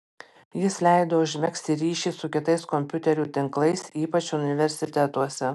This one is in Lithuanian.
jis leido užmegzti ryšį su kitais kompiuterių tinklais ypač universitetuose